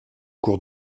cours